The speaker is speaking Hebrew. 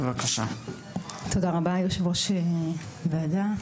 תודה רבה, יושב-ראש הוועדה.